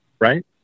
Right